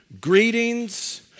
Greetings